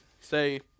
say